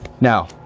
Now